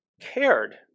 cared